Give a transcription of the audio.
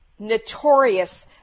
notorious